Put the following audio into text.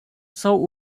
jsou